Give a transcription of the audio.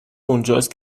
اونجاست